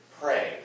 pray